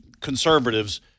conservatives –